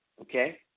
okay